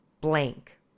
blank